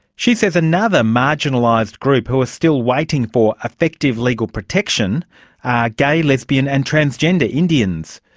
she says another marginalised group who are still waiting for effective legal protection are gay, lesbian and transgender indians.